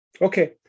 Okay